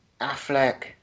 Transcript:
Affleck